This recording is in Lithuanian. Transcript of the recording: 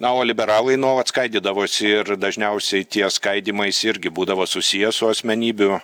na o liberalai nuolat skaidydavosi ir dažniausiai tie skaidymaisi irgi būdavo susiję su asmenybių